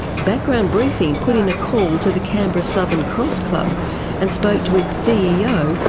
background briefing put in a call to the canberra southern cross club and spoke to its ceo,